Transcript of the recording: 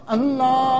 Allah